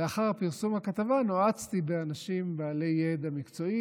לאחר פרסום הכתבה נועצתי באנשים בעלי ידע מקצועי